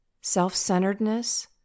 self-centeredness